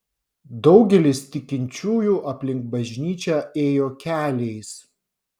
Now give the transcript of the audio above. daugelis tikinčiųjų aplink bažnyčią ėjo keliais